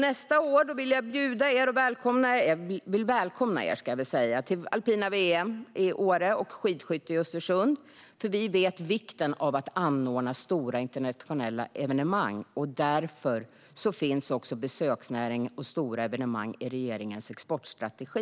Nästa år vill jag välkomna er till alpina VM i Åre och skidskytte-VM i Östersund. Vi vet vikten av att anordna stora internationella evenemang, och därför finns också besöksnäringen och stora evenemang i regeringens exportstrategi.